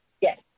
Yes